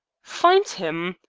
find him!